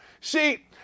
See